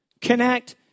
connect